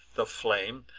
the flame,